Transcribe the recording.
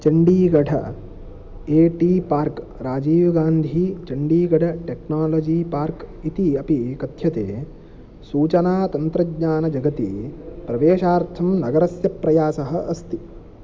Chandigarh I T park Rajiv Gandhi Chandigarh technology park इति अपि कथ्यते सूचनातन्त्रज्ञानजगति प्रवेशार्थं नगरस्य प्रयासः अस्ति